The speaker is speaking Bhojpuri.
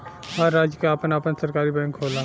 हर राज्य के आपन आपन सरकारी बैंक होला